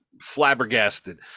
flabbergasted